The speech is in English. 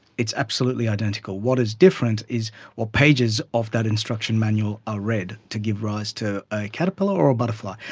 it's absolutely identical. what is different is what pages of that instruction manual are read to give rise to a caterpillar or a butterfly.